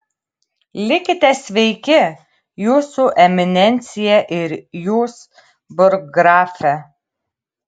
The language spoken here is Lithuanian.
likite sveiki jūsų eminencija ir jūs burggrafe